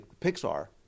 Pixar